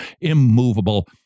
immovable